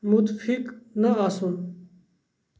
مُتفِق نہٕ آسُن